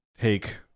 take